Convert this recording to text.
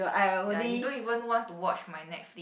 ya you don't even want to watch my Netflix